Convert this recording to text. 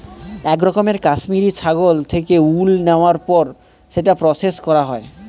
এক রকমের কাশ্মিরী ছাগল থেকে উল নেওয়ার পর সেটা প্রসেস করা হয়